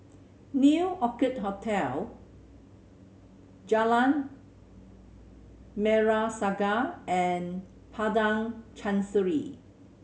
New Orchid Hotel Jalan Merah Saga and Padang Chancery